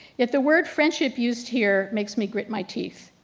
yet the word friendship used here makes me grit my teeth.